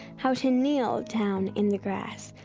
how to kneel down in the grass,